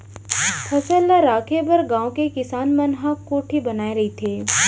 फसल ल राखे बर गाँव के किसान मन ह कोठी बनाए रहिथे